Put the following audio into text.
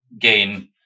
gain